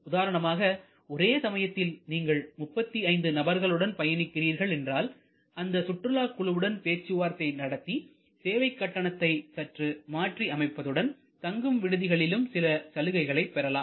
உதாரணமாக ஒரே சமயத்தில் நீங்கள் 35 நபர்களுடன் பயணிக்கிறார்கள் என்றால் அந்த சுற்றுலா குழுவுடன் பேச்சுவார்த்தை நடத்தி சேவைக் கட்டணத்தை சற்று மாற்றி அமைப்பதுடன் தங்கும் விடுதிகளிலும் சில சலுகைகளை பெறலாம்